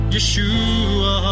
Yeshua